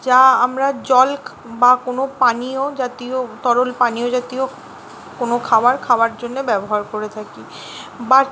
যা আমরা জল বা কোনো পানীয় জাতীয় তরল পানীয় জাতীয় কোনো খাবার খাওয়ার জন্যে ব্যবহার করে থাকি বাটি